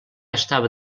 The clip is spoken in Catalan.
estava